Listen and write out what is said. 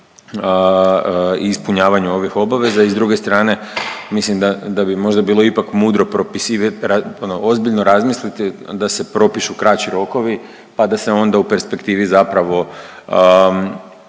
i ispunjavanju ovih obaveza. I s druge strane mislim da bi možda bilo ipak mudro propisivati, ono ozbiljno razmisliti da se propišu kraći rokovi, pa da se onda u perspektivi zapravo